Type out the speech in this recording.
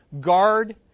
Guard